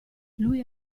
lui